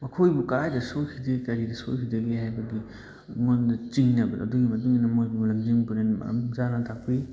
ꯃꯈꯣꯏꯕꯨ ꯀꯗꯥꯏꯗ ꯁꯣꯏꯈꯤꯗꯒꯦ ꯀꯔꯤꯗ ꯁꯣꯏꯈꯤꯗꯒꯦ ꯍꯥꯏꯕꯒꯤ ꯑꯩꯉꯣꯟꯗ ꯆꯤꯡꯅꯕꯗꯣ ꯑꯗꯨꯒꯤ ꯃꯇꯨꯡ ꯏꯟꯅ ꯃꯣꯏꯕꯨ ꯂꯝꯖꯤꯡ ꯄꯨꯔꯦꯟ ꯃꯔꯝ ꯆꯥꯅ ꯇꯥꯛꯄꯤ